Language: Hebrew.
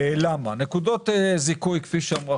למה נקודות זיכוי, כפי שאמרה